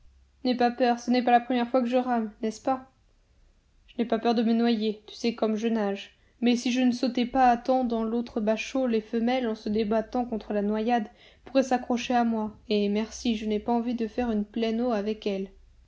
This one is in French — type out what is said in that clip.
n'aie pas peur ce n'est pas la première fois que je rame n'est-ce pas je n'ai pas peur de me noyer tu sais comme je nage mais si je ne sautais pas à temps dans l'autre bachot les femelles en se débattant contre la noyade pourraient s'accrocher à moi et merci je n'ai pas envie de faire une pleine eau avec elles